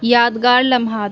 یادگار لمحات